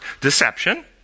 Deception